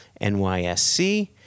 NYSC